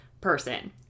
person